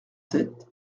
sept